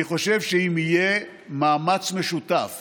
אני חושב שאם יהיה מאמץ משותף